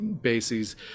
bases